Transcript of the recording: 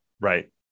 Right